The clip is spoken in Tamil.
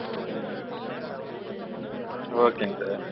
ம் ஓகேங்க சார்